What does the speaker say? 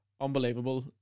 unbelievable